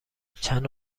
چند